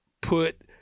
put